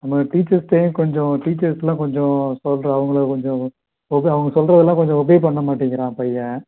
நம்ம டீச்சர்ஸ்ட்டையும் கொஞ்சம் டீச்சர்ஸ்லாம் கொஞ்சம் சொல்லுற அவங்களை கொஞ்சம் ஒபே அவங்க சொல்லுறதுலாம் கொஞ்சம் ஒபே பண்ண மாட்டேங்கிறான் பையன்